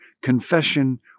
confession